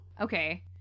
Okay